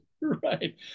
Right